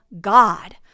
God